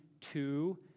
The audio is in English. two